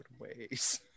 ways